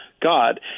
God